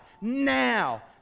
Now